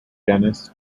dennis